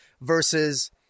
versus